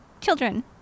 children